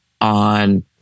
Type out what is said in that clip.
on